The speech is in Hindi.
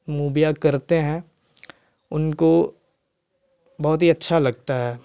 मूवीयाँ करते हैं उनको बहुत ही अच्छा लगता है